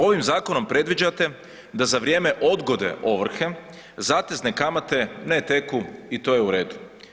Ovim zakonom predviđate da za vrijeme odgode ovrhe zatezne kamate ne teku i to je u redu.